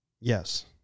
yes